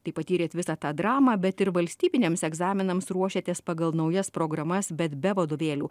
tai patyrėt visą tą dramą bet ir valstybiniams egzaminams ruošėtės pagal naujas programas bet be vadovėlių